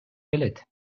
келет